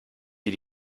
dir